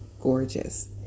gorgeous